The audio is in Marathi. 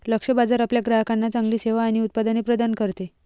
लक्ष्य बाजार आपल्या ग्राहकांना चांगली सेवा आणि उत्पादने प्रदान करते